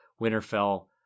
Winterfell